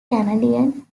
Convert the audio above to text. canadian